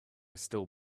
still